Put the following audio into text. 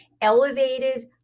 elevated